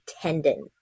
tendon